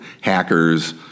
hackers